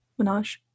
Minaj